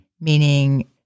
meaning